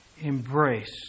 Embrace